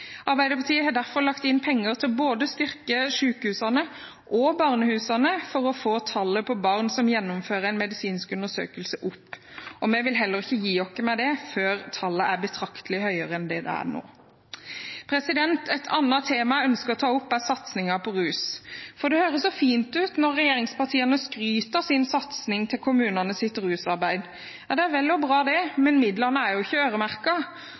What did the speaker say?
Arbeiderpartiet lagt inn penger til å styrke både sykehusene og barnehusene for å få opp tallet på barn som gjennomfører medisinsk undersøkelse. Vi vil heller ikke gi oss før tallet er betraktelig høyere enn nå. Satsingen på rus er et annet tema jeg ønsker å ta opp. Det høres så fint ut når regjeringspartiene skryter av sin satsing på kommunenes rusarbeid. Det er vel og bra, det, men midlene er ikke